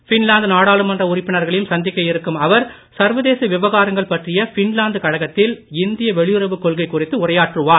Finland நாடாளுமன்ற உறுப்பினர்களையும் சந்திக்க இருக்கும் அவர் சர்வதேச விவகாரங்கள் பற்றிய ஃபின்லாந்து கழகத்தில் இந்திய வெளியுறவுக் கொள்கை குறித்து உரையாற்றுவார்